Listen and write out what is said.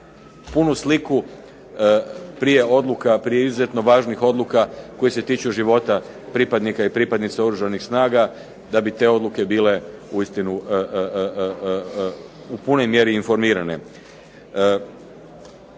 punu sliku prije odluka, prije izuzetno važnih odluka koje se tiču života pripadnika i pripadnica oružanih snaga da bi te odluke bile uistinu u punoj mjeri informirane.